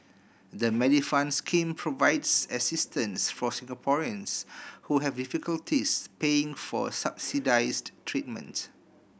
the Medifund scheme provides assistance for Singaporeans who have difficulties paying for subsidized treatment